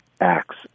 acts